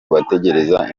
bategereza